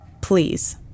please